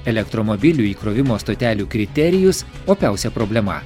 elektromobilių įkrovimo stotelių kriterijus opiausia problema